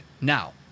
Now